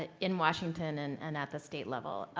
in washington and and at the state level.